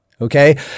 Okay